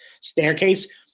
staircase